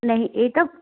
ਨਹੀਂ ਇਹ ਤਾਂ